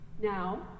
Now